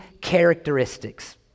characteristics